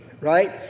Right